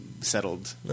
settled